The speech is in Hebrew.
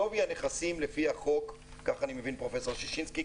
שווי הנכסים לפי החוק ככה אני מבין מפרופ' ששינסקי,